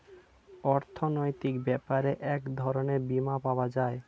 অর্থনৈতিক ব্যাপারে এক রকমের বীমা পাওয়া যায়